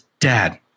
Dad